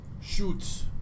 shoot